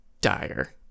dire